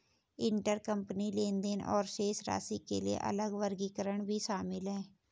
intercompany लेनदेन और शेष राशि के लिए अलग वर्गीकरण भी शामिल हैं